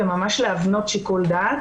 וממש להבנות שיקול דעת.